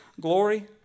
glory